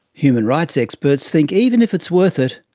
human rights experts think even if it's worth it,